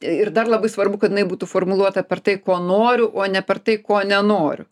ir dar labai svarbu kad jinai būtų formuluota per tai ko noriu o ne per tai ko nenoriu